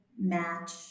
match